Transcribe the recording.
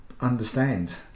understand